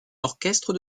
orchestre